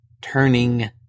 turning